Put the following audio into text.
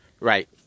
Right